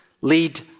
lead